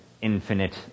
infinite